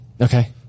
Okay